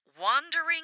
Wandering